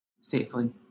Safely